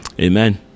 Amen